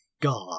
God